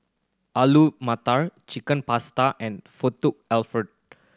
Alu Matar Chicken Pasta and Alfredo